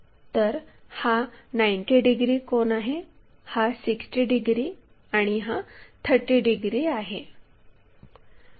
तर हा 90 डिग्री कोन आहे हा 60 डिग्री आणि हा 30 डिग्री आहे